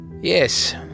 Yes